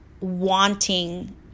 wanting